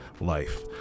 life